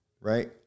right